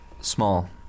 small